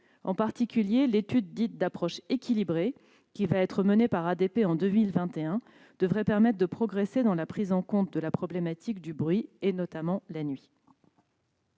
En particulier, l'étude dite « d'approche équilibrée », qu'Aéroports de Paris va mener en 2021, devrait permettre de progresser dans la prise en compte de la problématique du bruit, notamment la nuit.